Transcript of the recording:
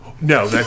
No